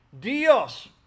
Dios